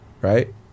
right